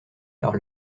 par